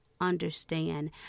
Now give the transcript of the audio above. understand